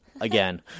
again